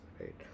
right